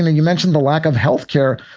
you mentioned the lack of health care.